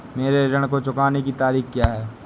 मेरे ऋण को चुकाने की तारीख़ क्या है?